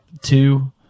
two